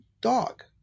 dog